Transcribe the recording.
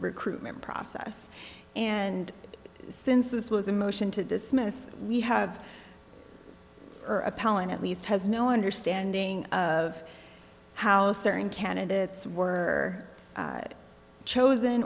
recruitment process and since this was a motion to dismiss we have a palin at least has no understanding of how certain candidates were chosen